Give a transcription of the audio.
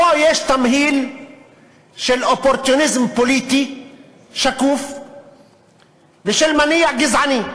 פה יש תמהיל של אופורטוניזם פוליטי שקוף ושל מניע גזעני.